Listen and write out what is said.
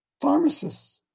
Pharmacists